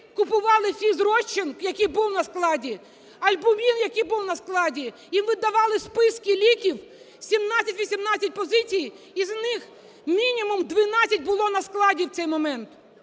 купували фізрозчин, який був на складі, "Альбумін", який був на складі. Їм видавали списки ліків, 17-18 позицій, із них мінімум 12 було на складі у цей момент.